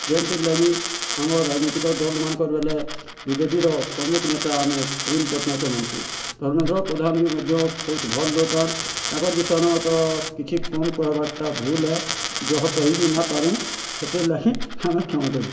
ଯେନ୍ତିଲାଗି ଆମର୍ ରାଜନୀତିକ୍ ଦଲ୍ ମାନଙ୍କର୍ ବଲେ ବିଜେଡ଼ିର ପ୍ରମୁଖ ନେତା ଆମେ ନବୀନ ପଟ୍ଟନାୟକ ମାନୁଛୁ ଧର୍ମେନ୍ଦ୍ର ପ୍ରଧାନ ବି ମଧ୍ୟ ବହୁତ ଭଲ୍ ଲୋକ ତାକର୍ ବିଷୟନ ତ କିଛି କମ୍ କହିବାଟା ଭୁଲ୍ ହେ ଯାହା କହି ବି ନା ପାରୁ ହେତିର୍ ଲାଗି ଆମେ କ୍ଷମା କରୁ